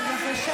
אורית,